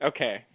Okay